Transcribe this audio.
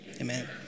Amen